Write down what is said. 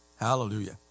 Hallelujah